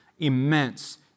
immense